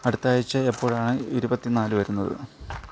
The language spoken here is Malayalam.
അടുത്ത ആഴ്ച എപ്പോഴാണ് ഇരുപത്തി നാല് വരുന്നത്